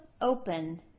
open